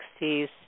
60s